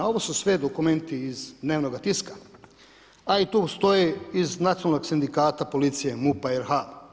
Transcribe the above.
Ovo su sve dokumenti iz dnevnoga tiska, a i tu stoji iz nacionalnog sindikata policije MUP-a RH.